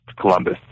Columbus